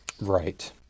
Right